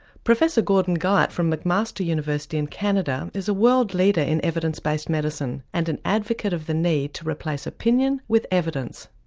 professor gordon guyatt from mcmaster university in canada is a world leader in evidence based medicine and an advocate of the need to replace opinion with evidence.